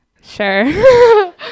sure